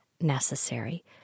necessary